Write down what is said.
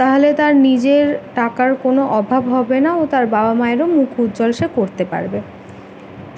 তাহলে তার নিজের টাকার কোনও অভাব হবে না ও তার বাবা মায়েরও মুখ উজ্জ্বল সে করতে পারবে